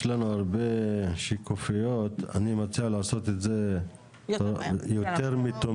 לנו הרבה שקופיות אני מציע לעשות את זה יותר מתומצת,